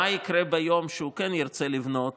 מה יקרה ביום שהוא כן ירצה לבנות